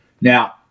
Now